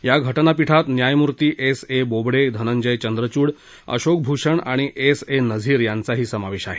या घटना पीठात न्यायमूर्ती एस ए बोबडे धनंजय चंद्रचूड अशोक भूषण आणि एस ए नझीर यांचाही समावेश आहे